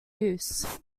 use